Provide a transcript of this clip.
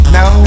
Now